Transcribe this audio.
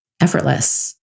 effortless